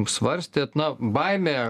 svarstėt na baimė